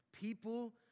People